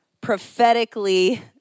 prophetically